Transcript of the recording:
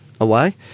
away